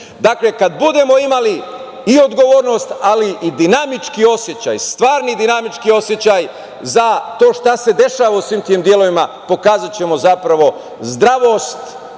Dakle, kad budemo imali i odgovornost i dinamički osećaj, stvarni dinamički osećaj za to šta se dešava u svim tim delovima pokazaćemo zapravo zdravlje